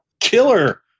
killer